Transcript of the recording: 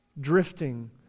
drifting